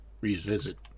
revisit